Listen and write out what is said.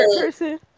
person